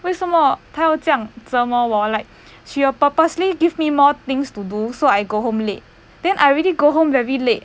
为什么他要这样折磨我 like 需要 purposely give me more things to do so I go home late then I really go home very late